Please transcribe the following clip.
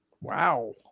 Wow